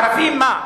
הערבים מה?